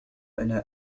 أنا